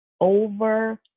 Over